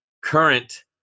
current